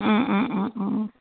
ও ও ও ও ও